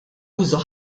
użu